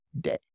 day